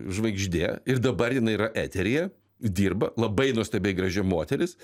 žvaigždė ir dabar jinai yra eteryje dirba labai nuostabiai graži moteris